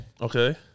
Okay